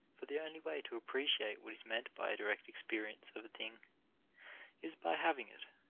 for the only way to appreciate what is meant by a direct experience of a thing is by having it.